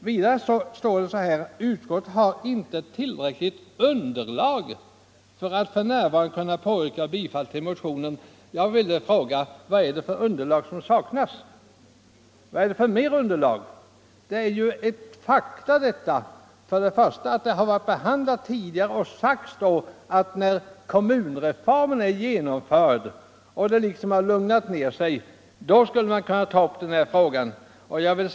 Vidare anför utskottet: ”Utskottet har inte tillräckligt underlag för att f. n. anse sig kunna påyrka bifall till motionen 1974:46.” Jag frågar: Vilket underlag saknas? Faktum är ju att frågan har behandlats tidigare. Det sades då att när kommunreformen var genomförd och det liksom lugnat ner sig, skulle man kunna ta upp denna fråga på nytt.